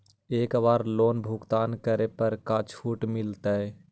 एक बार लोन भुगतान करे पर का छुट मिल तइ?